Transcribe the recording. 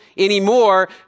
anymore